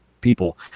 people